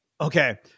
Okay